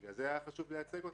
בגלל זה היה לי חשוב לייצג אותם.